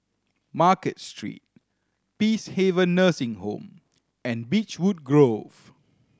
Market Street Peacehaven Nursing Home and Beechwood Grove